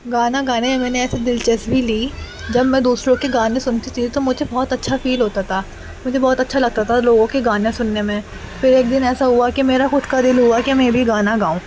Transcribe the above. گانا گانے میں نے ایسے دلچسپی لی جب میں دوسروں کے گانے سنتی تھی تو مجھے بہت اچھا فیل ہوتا تھا مجھے بہت اچھا لگتا تھا لوگوں کے گانے سننے میں پھر ایک دن ایسا ہوا کہ میرا خود کا دل ہوا کہ میں بھی گانا گاؤں